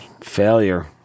Failure